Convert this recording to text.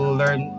learn